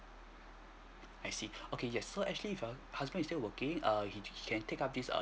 I see okay yes so actually if your husband is still working err he can take up this err